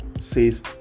says